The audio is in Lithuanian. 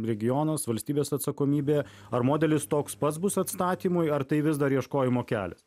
regionas valstybės atsakomybė ar modelis toks pats bus atstatymui ar tai vis dar ieškojimo kelias